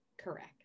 Correct